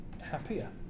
happier